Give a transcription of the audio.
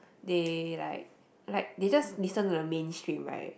they like like like they just listen to the mainstream right